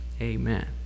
amen